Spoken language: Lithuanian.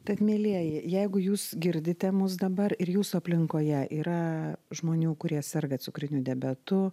tad mielieji jeigu jūs girdite mus dabar ir jūsų aplinkoje yra žmonių kurie serga cukriniu diabetu